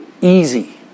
easy